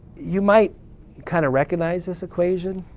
you might kind of recognize this equation.